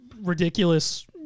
ridiculous